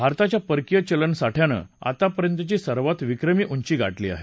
भारताच्या परकीय चलनसाठ्यानं आतापर्यंतची सर्वात विक्रमी उंची गाठली आहे